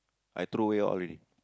I throw away all already